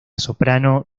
soprano